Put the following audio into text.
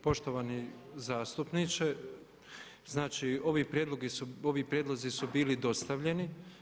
Poštovani zastupniče, znači ovi prijedlozi su bili dostavljeni.